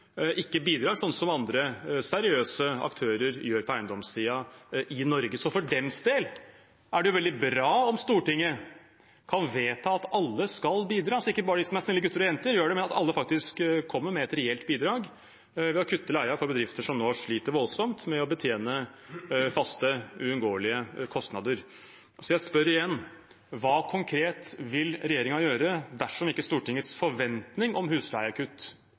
ikke bidrar slik som andre seriøse aktører på eiendomssiden i Norge gjør. For deres del er det veldig bra om Stortinget kan vedta at alle skal bidra, og at ikke bare de som er snille gutter og jenter, gjør det, men at alle faktisk kommer med et reelt bidrag ved å kutte i leien for bedrifter som nå sliter voldsomt med å betjene faste, uunngåelige kostnader. Så jeg spør igjen: Hva konkret vil regjeringen gjøre dersom Stortingets forventning om husleiekutt